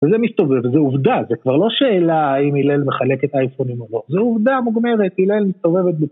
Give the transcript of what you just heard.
וזה מסתובב, זו עובדה, זה כבר לא שאלה אם אילן מחלקת אייפון או לא, זו עובדה מוגמרת, אילן מסתובבת בזה.